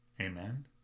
Amen